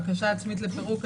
בקשה עצמית לפירוק,